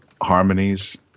harmonies